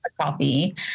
coffee